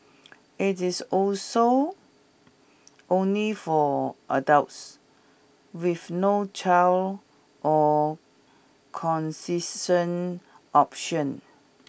it is also only for adults with no child or concession option